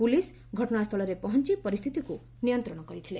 police ଘଟଶାସ୍କୁଳରେ ପହଞ୍ ପରିସ୍ଥିତିକୁ ନିୟନ୍ତଣ କରିଥିଲେ